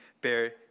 bear